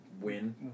win